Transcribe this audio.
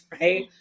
right